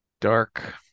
dark